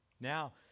Now